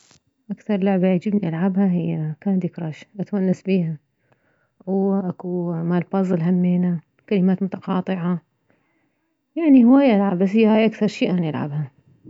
اكثر لعبة يعجبني العبها هي كاندي كراش اتونس بيها واكو مالبزل همينه كلمات متقاطعة يعني هواية العاب بس هي هاي اكثر شي اني العبها